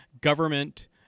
government